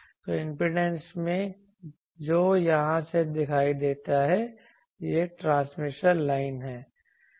तो इम्पीडेंस जो यहां से दिखाई देती है यह ट्रांसमिशन लाइन है